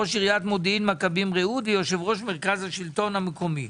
ראש עיריית מודיעין מכבים רעות ויושב-ראש מרכז השלטון המקומי.